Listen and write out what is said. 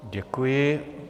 Děkuji.